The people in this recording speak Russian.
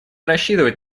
рассчитывать